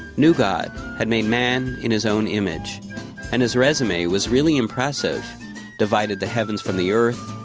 new god had made man in his own image and his resume was really impressive divided the heavens from the earth,